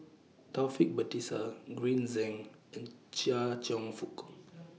Taufik Batisah Green Zeng and Chia Cheong Fook